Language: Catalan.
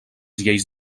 lleis